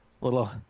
little